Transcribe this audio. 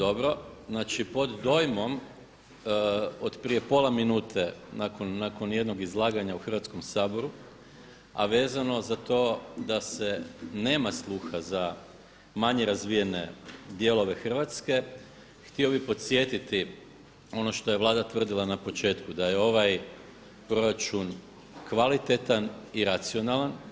Od prije pola minute nakon jednog izlaganja u Hrvatskom saboru, a vezano za to da se nema sluha za manje razvijene dijelove Hrvatske, htio bih podsjetiti ono što je Vlada tvrdila na početku, da je ovaj proračun kvalitetan i racionalan.